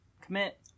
Commit